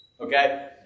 Okay